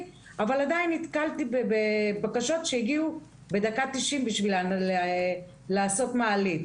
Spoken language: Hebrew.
אבל עדיין נתקלתי בבקשות שהגיעו בדקה ה-90 בשביל לעשות מעלית.